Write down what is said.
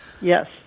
yes